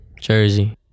Jersey